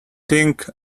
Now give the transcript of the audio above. think